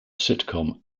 sitcom